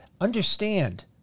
Understand